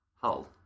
Hull